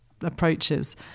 approaches